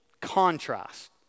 contrast